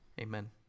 Amen